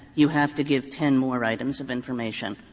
you have to give ten more items of information?